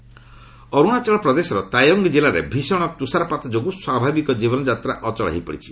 ସ୍ରୋଫଲ ତଓଙ୍ଗ ଅରୁଣାଚଳପ୍ରଦେଶର ତାୱ୍ୱଙ୍ଗ ଜିଲ୍ଲାରେ ଭୀଷଣ ତୁଷାରପାତ ଯୋଗୁଁ ସ୍ୱାଭାବିକ ଜୀବନଯାତ୍ରା ଅଚଳ ହୋଇପଡିଛି